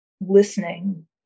listening